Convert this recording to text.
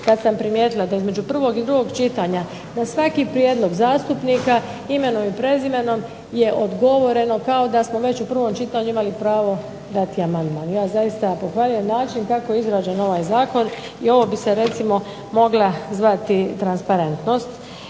kad sam primijetila da između prvog i drugog čitanja na svaki prijedlog zastupnika imenom i prezimenom je odgovoreno kao da smo već u prvom čitanju imali pravo dati amandman. Ja zaista pohvaljujem način kako je izrađen ovaj zakon i ovo bi se recimo mogla zvati transparentnost.